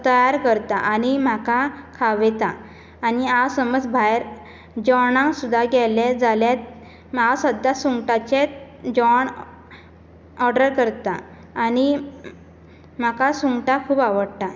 तयार करता आनी म्हाका खावयता आनी हांव समज भायर जेवणाक सुद्दां गेले जाल्यार हांव सद्दा सुंगटांचेच जेवण ओर्डर करता आनी म्हाका सुंगटां खूब आवडटा